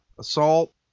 assault